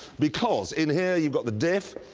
because, in here, you've got the diff,